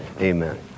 Amen